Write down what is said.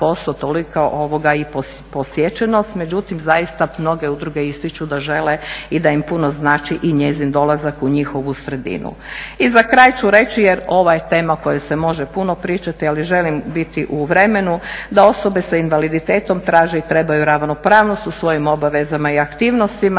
toliko i posjećenost, međutim zaista mnoge udruge ističu da žele i da im puno znači i njezin dolazak u njihovu sredinu. I za kraju ću reći jer ovo je tema o kojoj se može puno pričati, ali želim biti u vremenu da osoba sa invaliditetom traže i trebaju ravnopravnost u svojim obavezama i aktivnostima,